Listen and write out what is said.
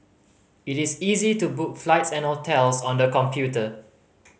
it is easy to book flights and hotels on the computer